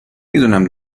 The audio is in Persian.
میدونم